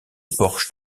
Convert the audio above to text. porche